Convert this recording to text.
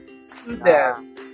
students